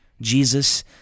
Jesus